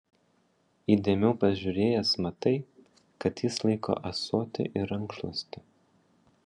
įdėmiau pažiūrėjęs matai kad jis laiko ąsotį ir rankšluostį